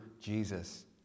Jesus